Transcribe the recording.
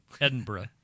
Edinburgh